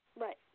Right